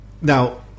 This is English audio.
now